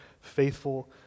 faithful